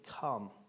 come